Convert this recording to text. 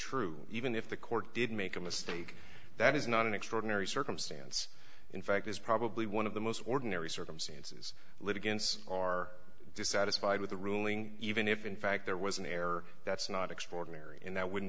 true even if the court did make a mistake that is not an extraordinary circumstance in fact is probably one of the most ordinary circumstances litigants are dissatisfied with the ruling even if in fact there was an error that's not extraordinary and that wouldn't